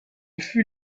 fut